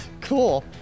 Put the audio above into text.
Cool